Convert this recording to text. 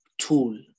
tool